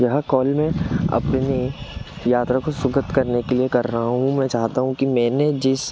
यह कॉल मैं अपनी यात्रा को सुखद करने के लिए कर रहा हूँ मैं चाहता हूँ कि मैंने जिस